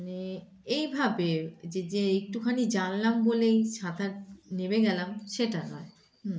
মানে এইভাবে যে যে একটুখানি জানলাম বলেই সাঁতার নেমে গেলাম সেটা নয় হুম